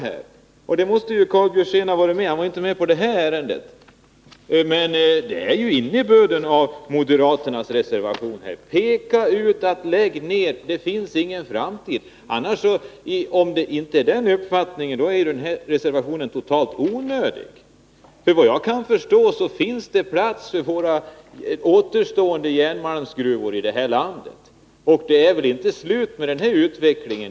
Karl Nr 48 Björzén var visserligen inte med på detta ärende i utskottet, men det här är Torsdagen den innebörden av moderaternas reservation: Lägg ned — det finns ingen framtid. 10 december 1981 Om det inte är den uppfattningen man vill föra fram, är den här reservationen totalt onödig. Vad jag kan förstå finns det plats för våra återstående järnmalmsgruvor i det här landet, och det är väl inte slut med denna utveckling.